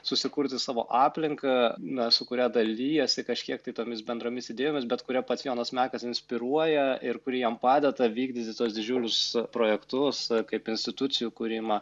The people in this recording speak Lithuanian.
susikurti savo aplinką na su kuria dalijasi kažkiek tai tomis bendromis idėjomis bet kurią pats jonas mekas inspiruoja ir kuri jam padeda vykdyti tuos didžiulius projektus kaip institucijų kūrimą